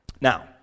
Now